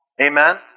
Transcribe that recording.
Amen